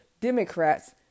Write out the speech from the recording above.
Democrats